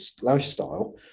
lifestyle